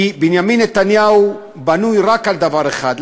כי בנימין נתניהו בנוי רק על דבר אחד,